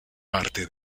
parte